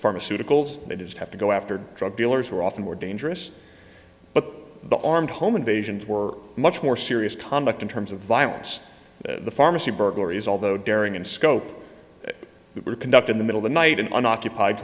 pharmaceuticals that is have to go after drug dealers who are often more dangerous but the armed home invasions were much more serious conduct in terms of violence the pharmacy burglaries although daring in scope that were conduct in the middle the night an unoccupied